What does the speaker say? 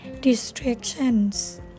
distractions